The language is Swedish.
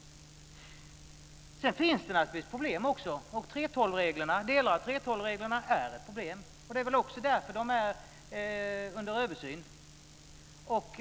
Sedan finns det naturligtvis problem också. Delar av 3:12-reglerna är ett problem. Det är väl också därför de är under översyn.